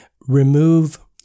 remove